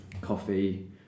coffee